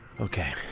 Okay